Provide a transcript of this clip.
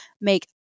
make